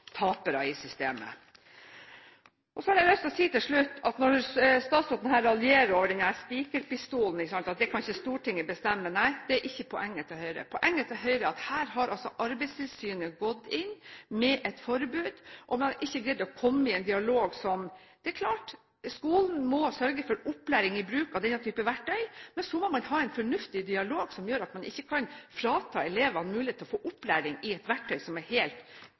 tapere i systemet. Så har jeg lyst til å si til slutt når statsråden raljerer over denne spikerpistolen og sier at der kan ikke Stortinget bestemme. Det er ikke poenget til Høyre. Poenget til Høyre er at her har Arbeidstilsynet gått inn med et forbud, og vi har ikke greid å komme i en dialog. Det er klart at skolen må sørge for opplæring i bruk av denne typen verktøy. Men så må man ha en fornuftig dialog som gjør at man ikke kan frata elevene muligheten til å få opplæring i et verktøy som er helt